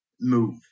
move